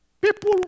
People